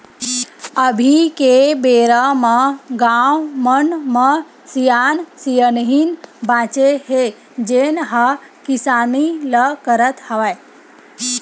अभी के बेरा म गाँव मन म सियान सियनहिन बाचे हे जेन ह किसानी ल करत हवय